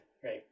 Great